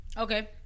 Okay